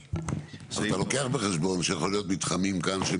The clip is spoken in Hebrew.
אתה לוקח בחשבון שיכול להיות מתחמים כאן שהם